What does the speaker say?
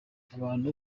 abantu